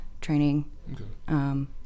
training